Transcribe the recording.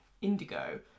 indigo